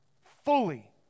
fully